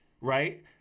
Right